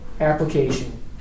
Application